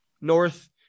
North